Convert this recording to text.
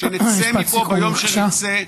כשנצא מפה ביום שנצא,